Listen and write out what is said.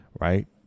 Right